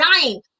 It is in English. dying